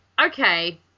Okay